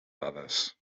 dades